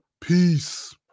Peace